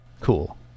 Cool